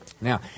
Now